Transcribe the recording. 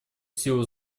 силу